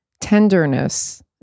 tenderness